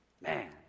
Man